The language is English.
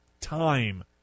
time